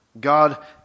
God